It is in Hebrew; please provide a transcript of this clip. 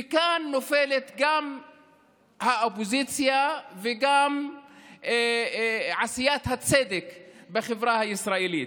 וכאן נופלות גם האופוזיציה וגם עשיית הצדק בחברה הישראלית.